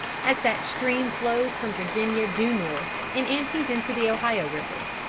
as that stream flows from virginia due north, and empties into the ohio river.